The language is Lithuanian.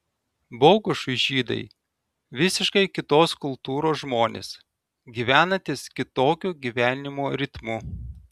bogušui žydai visiškai kitos kultūros žmonės gyvenantys kitokiu gyvenimo ritmu